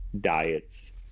diets